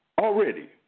Already